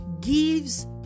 gives